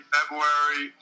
February